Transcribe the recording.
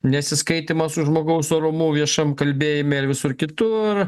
nesiskaitymas su žmogaus orumu viešam kalbėjime ir visur kitur